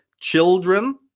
children